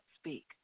speak